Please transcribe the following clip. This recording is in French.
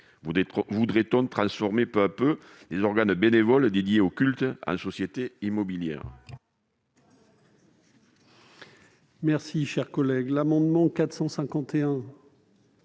Voudrait-on transformer peu à peu les organes bénévoles dédiés au culte en sociétés immobilières ?